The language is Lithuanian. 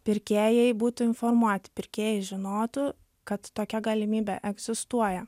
pirkėjai būtų informuoti pirkėjai žinotų kad tokia galimybė egzistuoja